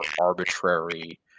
arbitrary